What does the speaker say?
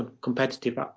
competitive